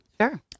Sure